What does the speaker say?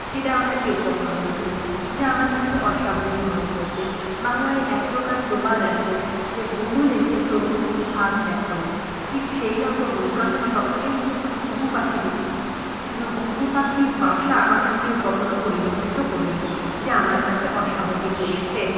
সেটা আমরা কেউ কখনও দেখিনি যা আমার কাছে অস্বাভাবিক মনে হয়েছে বাংলায় এক প্রকার প্রবাদ আছে যে ঘুঘু দেখেছ ঘুঘুর ফাঁদ দেখোনি ঠিক সেই রকমই আমরা সকলেই কিন্তু ঘুঘু পাখি দেখেছি কিন্তু ঘুঘু পাখির বাসা আমরা কেউ কখনও পরিলক্ষিত করিনি যা আমার কাছে অস্বাভাবিক লেগেছে